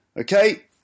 Okay